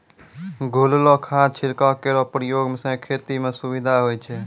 घोललो खाद छिड़काव केरो प्रयोग सें खेती म सुविधा होय छै